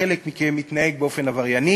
שחלק מכם מתנהג באופן עברייני,